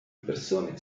persone